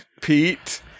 Pete